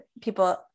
people